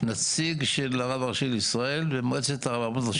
אבל להסתכל על הדברים נכוחה ולמצוא את הפתרונות למי